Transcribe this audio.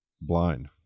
blind